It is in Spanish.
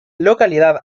localidad